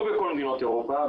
לא בכל מדינות אירופה,